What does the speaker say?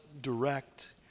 direct